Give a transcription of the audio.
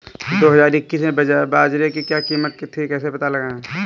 दो हज़ार इक्कीस में बाजरे की क्या कीमत थी कैसे पता लगाएँ?